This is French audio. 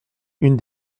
une